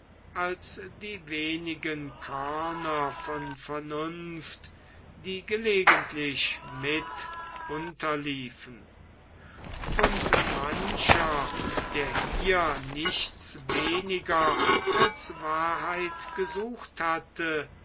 als die wenigen körner von vernunft die gelegentlich mit unterliefen und mancher der hier nichts weniger als wahrheit gesucht hatte